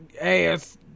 ass